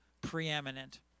preeminent